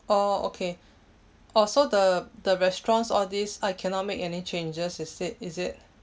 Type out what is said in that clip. oh okay oh so the the restaurants all these I cannot make any changes is it is it